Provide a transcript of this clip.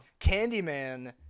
Candyman